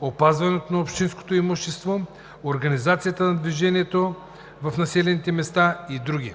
опазването на общинското имущество, организацията на движението в населените места и други.